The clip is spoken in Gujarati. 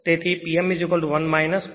તેથી P m1 0